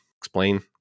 explain